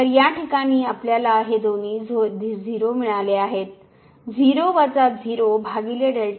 तर या प्रकरणात आपल्याला हे दोन्ही 0 मिळालेआहेत